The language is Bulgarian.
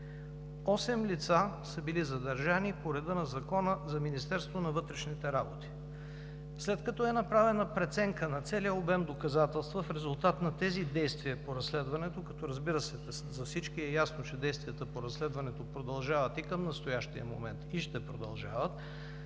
лица са били задържани по реда на Закона за Министерството на вътрешните работи. След като е направена преценка на целия обем доказателства в резултат на тези действия по разследването, като, разбира се, за всички е ясно, че действията по разследването продължават и към настоящия момент и ще продължават,